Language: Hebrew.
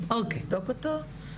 אני יבדוק אותו,